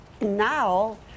Now